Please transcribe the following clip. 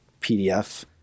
PDF